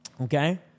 Okay